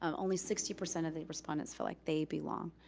um only sixty percent of the respondents feel like they belong.